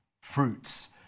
fruits